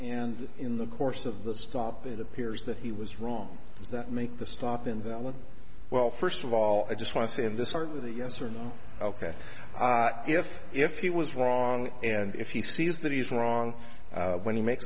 and in the course of the stop it appears that he was wrong is that make the stop invalid well first of all i just want to say in this art with a yes or no ok if if he was wrong and if he sees that he's wrong when he make